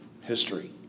history